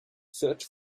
search